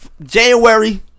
January